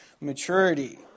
maturity